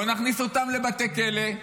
לא נכניס אותם לבתי כלא,